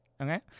okay